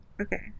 Okay